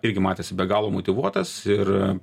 irgi matėsi be galo motyvuotas ir